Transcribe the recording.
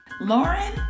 Lauren